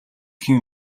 хэн